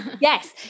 yes